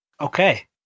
Okay